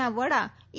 ના વડા ઇ